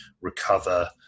recover